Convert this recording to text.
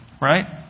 Right